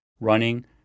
running